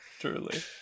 Truly